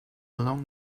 along